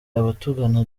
abatugana